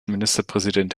ministerpräsident